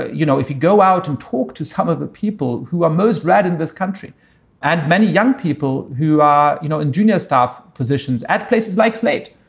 you know, if you go out and talk to some of the people who are most read in this country and many young people who are, you know, in junior staff positions, at places like slate,